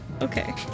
Okay